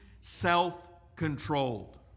self-controlled